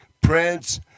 Prince